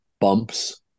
bumps